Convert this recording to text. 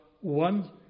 one